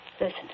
listen